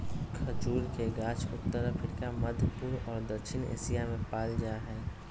खजूर के गाछ उत्तर अफ्रिका, मध्यपूर्व और दक्षिण एशिया में पाल जा हइ